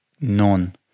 None